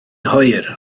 hwyr